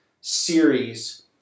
series